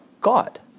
God